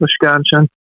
Wisconsin